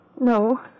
No